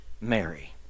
Mary